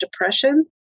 depression